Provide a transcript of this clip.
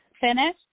finished